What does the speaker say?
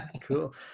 Cool